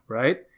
right